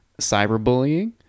cyberbullying